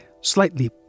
slightly